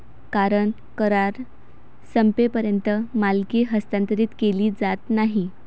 कारण करार संपेपर्यंत मालकी हस्तांतरित केली जात नाही